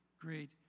great